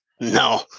No